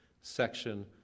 section